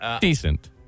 Decent